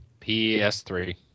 PS3